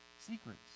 Secrets